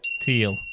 Teal